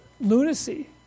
lunacy